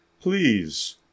please